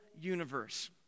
universe